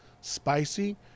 spicy